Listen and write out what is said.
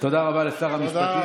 תודה רבה לשר המשפטים.